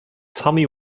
tommy